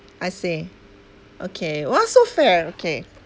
I see okay !wah! so fair okay